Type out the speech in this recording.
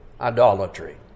idolatry